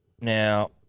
Now